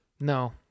No